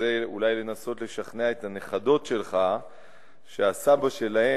וזה אולי לנסות לשכנע את הנכדות שלך שהסבא שלהן,